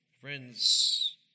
Friends